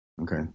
Okay